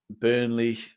Burnley